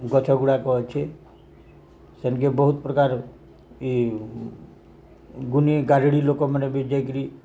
ଗଛଗୁଡ଼ାକ ଅଛେ ସେନକେ ବହୁତ ପ୍ରକାର ଏଇ ଗୁଣି ଗାରିଡ଼ି ଲୋକମାନେ ବି ଯାଇକରି